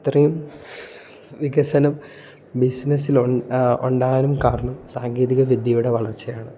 ഇത്രയും വികസനം ബിസിനസ്സിൽ ഒൺ ഉണ്ടാകാനും കാരണം സാങ്കേതിക വിദ്യയുടെ വളർച്ചയാണ്